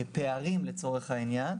פערים, לצורך העניין,